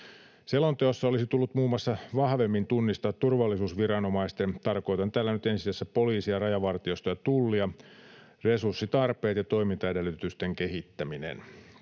Selonteossa olisi tullut muun muassa vahvemmin tunnistaa turvallisuusviranomaisten — tarkoitan tällä nyt ensisijassa poliisia ja Rajavartiostoa ja Tullia — resurssitarpeet ja toimintaedellytysten kehittäminen.